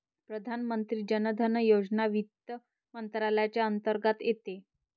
प्रधानमंत्री जन धन योजना वित्त मंत्रालयाच्या अंतर्गत येते